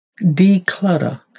Declutter